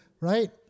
right